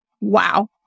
Wow